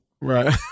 Right